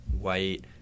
white